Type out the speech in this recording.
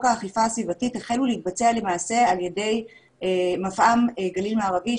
האכיפה הסביבתית החלו להתבצע למעשה על ידי מפעם גליל מערבי,